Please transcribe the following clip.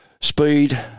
speed